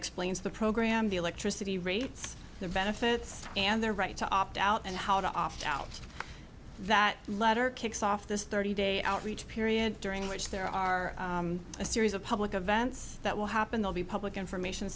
explains the program the electricity rates the benefits and the right to opt out and how to opt out that letter kicks off this thirty day outreach period during which there are a series of public events that will happen they'll be public information